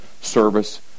service